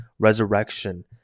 resurrection